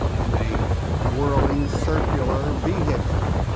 in a whirling circular vehicle